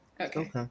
Okay